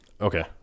Okay